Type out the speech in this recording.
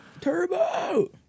Turbo